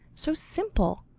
so simple,